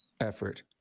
effort